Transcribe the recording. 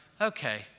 okay